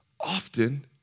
Often